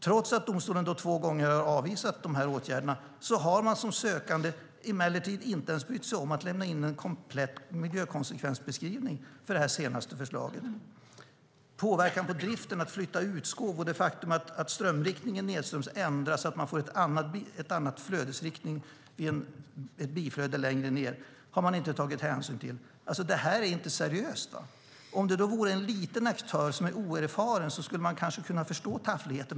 Trots att domstolen två gånger har avvisat åtgärderna har man som sökande emellertid inte ens brytt sig om att lämna in en komplett miljökonsekvensbeskrivning för det senaste förslaget. Påverkan på driften med att strömriktningen nedströms ändras så att man får en annan flödesriktning vid ett biflöde längre ned har man inte tagit hänsyn till. Detta är inte seriöst. Om det vore en liten aktör som är oerfaren skulle man kanske förstå taffligheten.